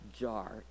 jar